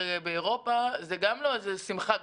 הרי באירופה זה גם לא שמחה גדולה,